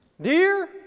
Dear